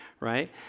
Right